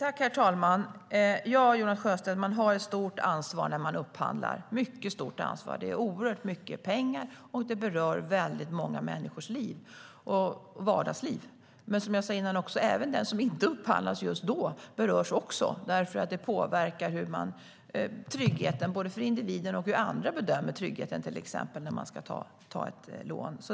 Herr talman! Jonas Sjöstedt, man har ett stort ansvar när man upphandlar - ett mycket stort ansvar. Det är oerhört mycket pengar, och det berör väldigt många människors vardagsliv. Men som jag sa innan berörs även den som inte upphandlas just då, därför att det påverkar tryggheten både för individen och hur andra bedömer tryggheten, till exempel när man ska ta ett lån.